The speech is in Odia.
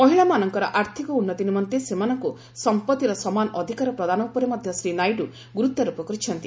ମହିଳାମାନଙ୍କର ଆର୍ଥକ ଉନ୍ନତି ନିମନ୍ତେ ସେମାନଙ୍କୁ ସମ୍ପତ୍ତିର ସମାନ ଅଧିକାର ପ୍ରଦାନ ଉପରେ ମଧ୍ୟ ଶ୍ରୀ ନାଇଡୁ ଗୁରୁତ୍ୱାରୋପ କରିଛନ୍ତି